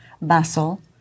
muscle